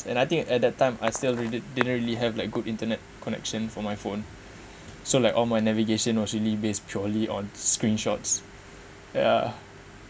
and I think at that time I still read it didn't really have like good internet connection for my phone so like all my navigation was really based purely on screenshots ya